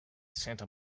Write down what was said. santa